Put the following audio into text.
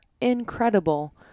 incredible